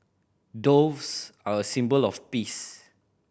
doves are a symbol of peace